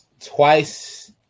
twice